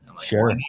Sure